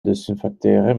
desinfecteren